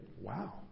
wow